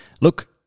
Look